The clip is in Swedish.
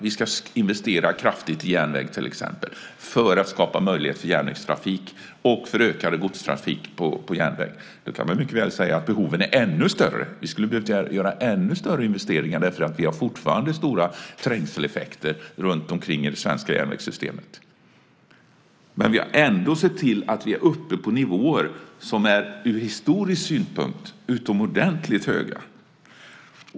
Vi ska till exempel investera kraftigt i järnväg för att skapa möjligheter för järnvägstrafiken och för ökad godstrafik på järnväg. Nu kan man mycket väl säga att behoven är ännu större. Vi hade behövt göra ännu större investeringar, för vi har fortfarande stora trängseleffekter runtomkring i det svenska järnvägssystemet. Men vi har ändå sett till att vi är upp på nivåer som ur historisk synpunkt är utomordentligt höga.